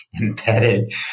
embedded